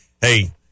Hey